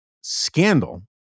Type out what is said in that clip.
scandal